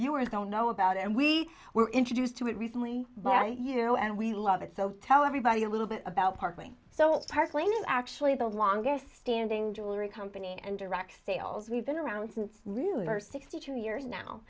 viewers don't know about and we were introduced to it recently but you know and we love it so tell everybody a little bit about partly so partly actually the longest standing jewelry company and direct sales we've been around since lou are sixty two years now